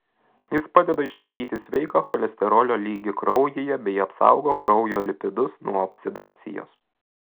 jis padeda išlaikyti sveiką cholesterolio lygį kraujyje bei apsaugo kraujo lipidus nuo oksidacijos